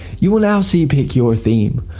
you will now see pick your theme.